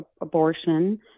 abortion